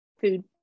food